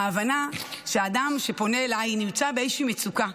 ההבנה שהאדם שפונה אליי נמצא באיזושהי מצוקה,